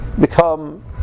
become